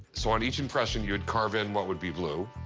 so on each impression, you would carve in what would be blue.